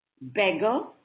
beggar